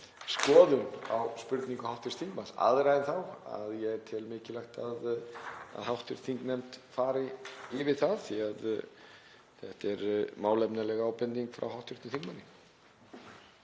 skoðun á spurningu hv. þingmanns, aðra en þá að ég tel mikilvægt að hv. þingnefnd fari yfir það því að þetta er málefnaleg ábending frá hv. þingmanni.